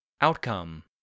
Outcome